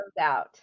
out